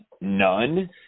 None